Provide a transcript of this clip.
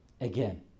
again